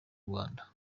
rwanda